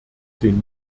den